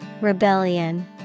Rebellion